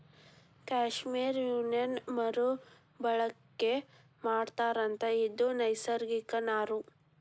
cashmere ಉಣ್ಣೇನ ಮರು ಬಳಕೆ ಮಾಡತಾರಂತ ಇದು ನೈಸರ್ಗಿಕ ನಾರು